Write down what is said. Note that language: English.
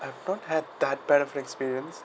I don't have that part of experience